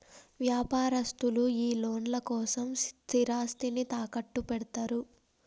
వ్యాపారస్తులు ఈ లోన్ల కోసం స్థిరాస్తిని తాకట్టుపెడ్తరు